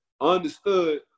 Understood